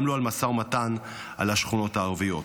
גם לא על משא ומתן על השכונות הערביות.